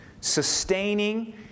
sustaining